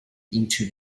into